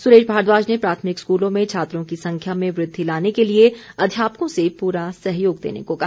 सुरेश भारद्वाज ने प्राथमिक स्कूलों में छात्रों की संख्या में वृद्धि लाने के लिए अध्यापकों से पूरा सहयोग देने को कहा